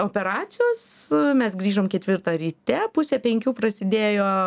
operacijos mes grįžom ketvirtą ryte pusę penkių prasidėjo